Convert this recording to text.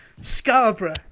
Scarborough